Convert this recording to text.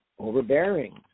Overbearing